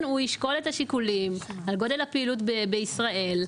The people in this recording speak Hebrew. הוא ישקול את השיקולים כגון גודל הפעילות בישראל,